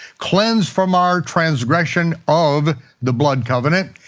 cleansed from our transgression of the blood covenant,